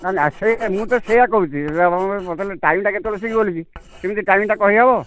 ନା ନା ସେ ମୁଁ ତ ସେୟା କହୁଛି ଯଦି ଆପଣ ପଚାରିଲେ ଟାଇମଟା କେତେବେଳେ ଠିକ୍ ବୋଲିକି ସିମିତି ଟାଇମଟା କହିହେବ